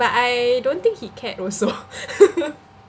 but I don't think he cared also